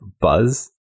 buzz